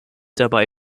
dabei